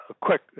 quick